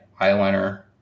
eyeliner